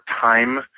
time